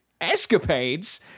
escapades